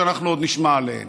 שאנחנו עוד נשמע עליהן.